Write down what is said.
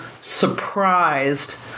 surprised